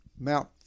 mount